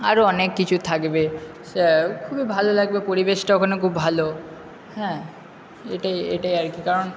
আরও অনেক কিছু থাকবে খুবই ভালো লাগবে পরিবেশটা ওখানে খুব ভালো হ্যাঁ এটাই এটাই আর কি কারণ